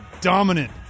dominant